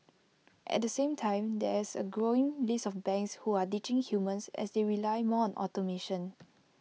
at the same time there's A growing list of banks who are ditching humans as they rely more on automation